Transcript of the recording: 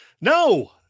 No